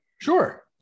Sure